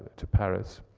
to paris.